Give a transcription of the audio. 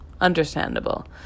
Understandable